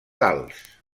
gals